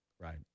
Right